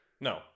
No